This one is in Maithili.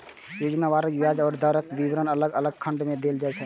योजनावार ब्याज दरक विवरण अलग अलग खंड मे देल जाइ छै